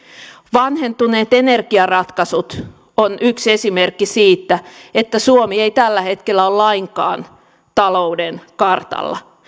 vanhentuneet energiaratkaisut ovat yksi esimerkki siitä että suomi ei tällä hetkellä ole lainkaan talouden kartalla